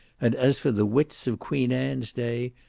and as for the wits of queen anne's day,